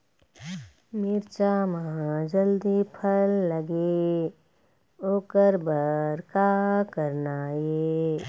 मिरचा म जल्दी फल लगे ओकर बर का करना ये?